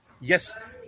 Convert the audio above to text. yes